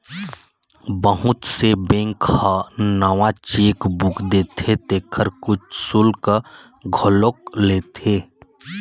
बहुत से बेंक ह नवा चेकबूक देथे तेखर कुछ सुल्क घलोक लेथे